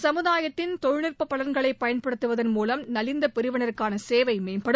சமுதாயத்தின் தொழில்நுட்ப பலன்களை பயன்படுத்துவதன் மூலம் நலிந்த பிரிவினருக்கான சேவை மேம்படும்